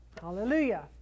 hallelujah